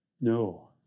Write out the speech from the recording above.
No